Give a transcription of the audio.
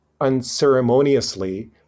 unceremoniously